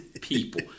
people